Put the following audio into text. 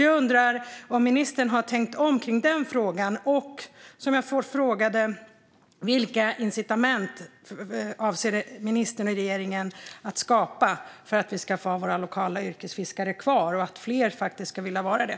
Jag undrar om ministern har tänkt om i denna fråga. Vilka incitament avser ministern och regeringen att skapa för att vi ska få ha våra lokala yrkesfiskare kvar och för att fler ska vilja vara det?